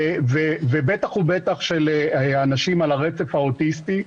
ובטח ובטח לאנשים על הרצף האוטיסטי,